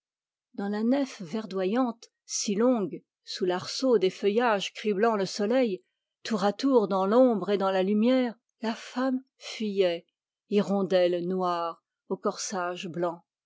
dans la nef verdoyante si longue sous l'arceau des feuillages criblant le soleil tour à tour dans l'ombre et dans la lumière la femme fuyait hirondelle noire au corsage blanc